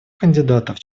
кандидатов